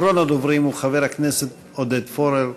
אחרון הדוברים הוא חבר הכנסת עודד פורר,